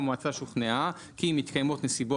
זאת אומרת אם המועצה שוכנעה כי מתקיימות נסיבות